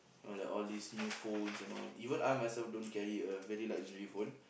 all that all this new phones and all even I myself don't carry a very luxury phone